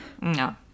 No